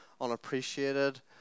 unappreciated